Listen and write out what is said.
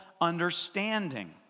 understanding